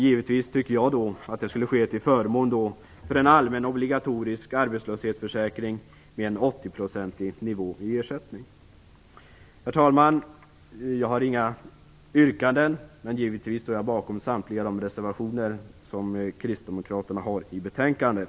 Givetvis tycker jag att det skulle ske till förmån för en allmän obligatorisk arbetslöshetsförsäkring med en 80-procentig nivå i ersättningen. Herr talman! Jag har inga yrkanden, men givetvis står jag bakom samtliga de reservationer som kristdemokraterna har i betänkandet.